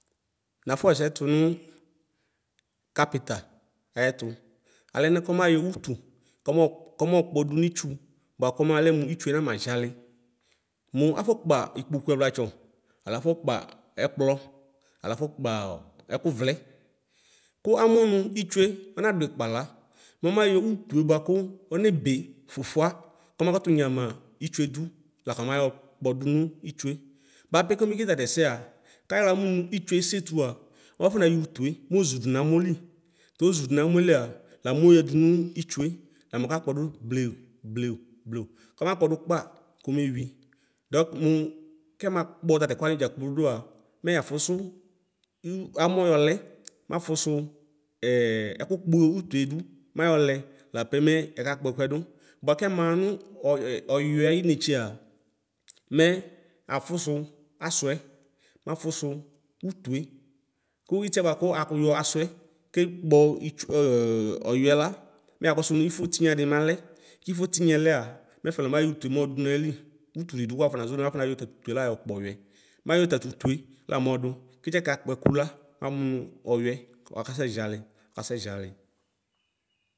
Nafɔ xɛsɛ tʋnʋ kapita ayɛtʋ alɛnɛ kɔmayɔ ʋtʋ kɔmɔ kɔmɔ kpɔdʋ nʋ itsʋ bʋakʋ ɔmalɛ mʋ itsʋe namaziali mʋ afɔkpa ikpɔɛʋlatsɔ alo afɔkpa ɛkplɔ alo afɔkpa ɛkʋvlɛ kʋ amʋnʋ itsʋe ɔnadʋ ikpala momayɔ ɔtʋe bʋakʋ ɔnebe fʋfʋa kɔmakakʋ nyama itsʋedʋ la kɔmayɔ kpɔ dʋnʋ itsʋe bapɛ kɔmekele tatɛsɛa kayixla mʋnʋ itsʋe esetʋa afɔnayɔ ʋtue mɔ ɣʋdʋ namɔ li tozʋdʋ namɔɛ lia lamoyadʋ mʋ itsue la mɔka kpɔdʋ blewʋ blewʋ blewʋ kɔma kpɔ dʋ kpa komewi dɔk mʋ kɛma kpɔ tatɛkʋ wani dza kplodʋa mɛya fʋsʋ ʋ amɔ yɔlɛ mafʋsʋ ɛkʋ kpʋtʋe dʋ mayɔlɛ lapɛ mɛ ɛkakpɔ ɛkʋɛdʋ bʋakɛ maxa nʋ ɔwiɛ ayi netsea mɛ afʋsʋ asʋɛ mafʋsʋ ʋtʋe kʋ itiɛ bʋakʋ ayɔ asʋɛ kekpɔ itsʋe ɔyʋɛ la mɛyakɔsʋ nʋ ifʋ tinya dimalɛ kifo tinyɛ lɛa mɛfɛ la mayɔ ʋtʋe mɔ dʋnayili ʋtʋ didʋ kʋ wafɔ nazɔ nʋ afɔ nayɔ tatʋ ʋtʋe layɔ kpɔ ɔwiɛ mayɔ tatʋ ʋtʋ lamɔdʋ kitiɛka kpɔ ɛkʋ la mamʋ ɔwiɛ ɔka sɛziali ɔka sɛziali.